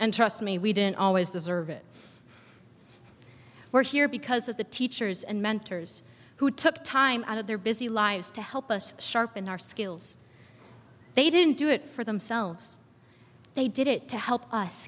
and trust me we didn't always deserve it we're here because of the teachers and mentors who took time out of their busy lives to help us sharpen our skills they didn't do it for themselves they did it to help us